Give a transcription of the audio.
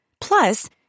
Plus